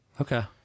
Okay